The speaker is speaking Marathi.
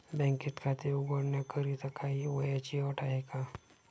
बँकेत खाते उघडण्याकरिता काही वयाची अट आहे का?